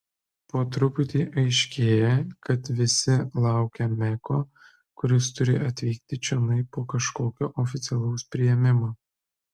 po truputį aiškėja kad visi laukia meko kuris turi atvykti čionai po kažkokio oficialaus priėmimo